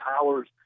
Powers